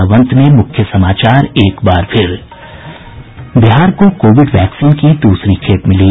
और अब अंत में मुख्य समाचार बिहार को कोविड वैक्सीन की दूसरी खेप मिली